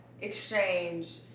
exchange